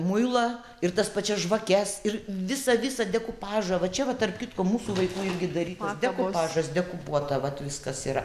muilą ir tas pačias žvakes ir visą visą dekupažą va čia va tarp kitko mūsų vaikų irgi ir darytas dekupažas dekupuota vat viskas yra